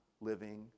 living